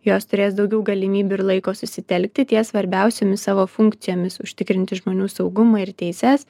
jos turės daugiau galimybių ir laiko susitelkti ties svarbiausiomis savo funkcijomis užtikrinti žmonių saugumą ir teises